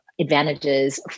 advantages